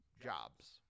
jobs